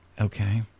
Okay